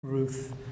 Ruth